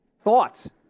thoughts